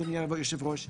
אדוני היושב-ראש,